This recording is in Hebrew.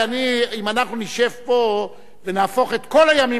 אם אנחנו נשב פה ונהפוך את כל הימים לימי שלישי,